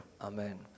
Amen